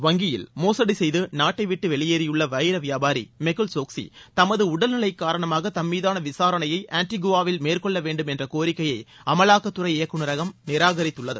வங்கியில் மோசடி செய்து நாட்டை விட்டு வெளியேறியுள்ள வைரவியாபாரி மெகுல் சோக்ஸி தமது உடல்நிலை காரணமாக தம்மீதான விசாரணையை ஆன்டிகுவாவில் மேற்கொள்ள வேண்டும் என்ற கோரிக்கையை அமலாக்கத்துறை இயக்குநரகம் நிராகரித்துள்ளது